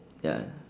ya